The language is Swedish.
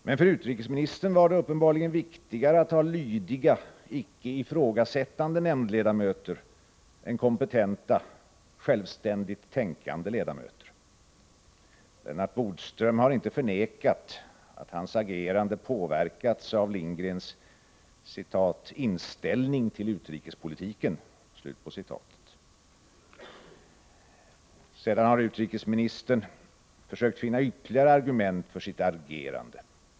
Men för utrikesministern var det uppenbarligen viktigare att ha lydiga, icke ifrågasättande nämndledamöter än kompetenta, självständigt tänkande ledamöter. Lennart Bodström har inte förnekat att hans agerande påverkats av Lindgrens ”inställning till utrikespolitiken”. Sedan har utrikesministern försökt finna ytterligare argument för sitt agerande.